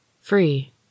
free